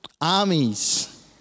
armies